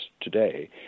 today